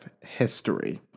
history